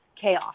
chaos